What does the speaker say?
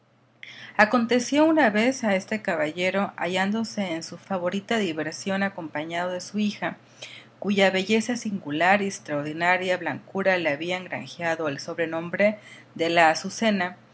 aconteció una vez a este caballero hallándose en su favorita diversión acompañado de su hija cuya belleza singular y extraordinaria blancura le habían granjeado el sobrenombre de la azucena